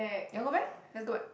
you want go back let's go back